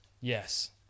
yes